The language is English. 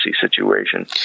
situation